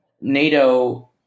NATO